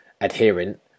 adherent